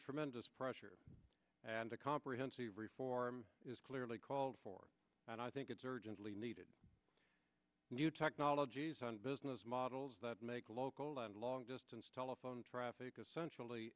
tremendous pressure and a comprehensive reform is clearly called for and i think it's urgently needed new technologies and business models that make local and long distance telephone traffic essential